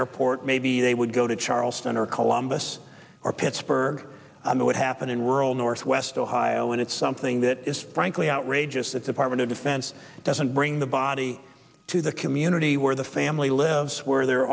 airport maybe they would go to charleston or columbus or pittsburgh or what happened in rural northwest ohio and it's something that is frankly outrageous that department of defense doesn't bring the body to the community where the family lives where they